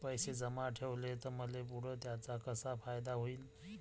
पैसे जमा ठेवले त मले पुढं त्याचा कसा फायदा होईन?